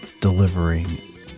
delivering